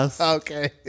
okay